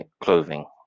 clothing